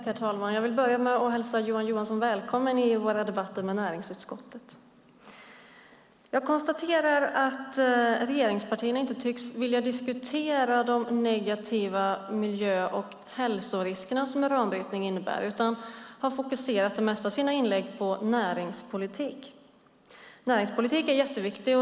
Herr talman! Jag vill börja med att hälsa Johan Johansson välkommen till våra debatter i näringsutskottet. Jag konstaterar att regeringspartierna inte tycks vilja diskutera de negativa miljö och hälsorisker som uranbrytning innebär utan i de flesta av sina inlägg har fokuserat på näringspolitik. Näringspolitiken är jätteviktig.